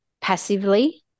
passively